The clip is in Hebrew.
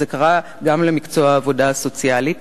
וזה קרה גם במקצוע העבודה הסוציאלית.